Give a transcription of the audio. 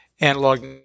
analog